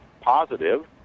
positive